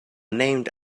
named